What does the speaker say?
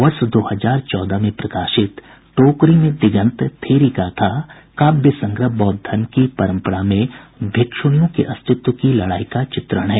वर्ष दो हजार चौदह में प्रकाशित टोकरी में दिगंत थेरी गाथा काव्य संग्रह बौद्ध धर्म की परम्परा में भिक्षुणियों के अस्तित्व की लड़ाई का चित्रण है